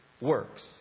works